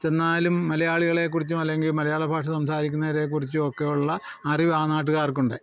ചെന്നാലും മലയാളികളെക്കുറിച്ചും അല്ലെങ്കിൽ മലയാളഭാഷ സംസാരിക്കുന്നവരെ കുറിച്ചുമൊക്കെ ഉള്ള അറിവ് നാട്ടുകാർക്കുണ്ട്